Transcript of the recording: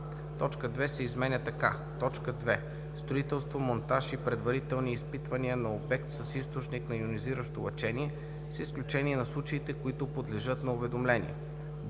точка 2 се изменя така: „2. строителство, монтаж и предварителни изпитвания на обект с източник на йонизиращо лъчение, с изключение на случаите, които подлежат на уведомление;“;